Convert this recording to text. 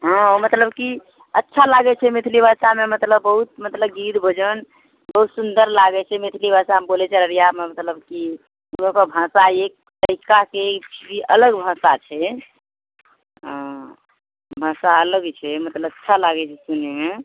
हँ मतलब की अच्छा लागैत छै मैथिली भाषामे मतलब बहुत मतलब गीत भजन बहुत सुन्दर लागैत छै मैथिली भाषामे बोलैत छै अररियामे मतलब की भाषा एक तरीकाके अलग भाषा छै ओ भाषा अलग छै मतलब अच्छा लागैत छै सुनैमे